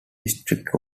strict